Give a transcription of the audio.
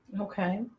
Okay